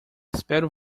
espero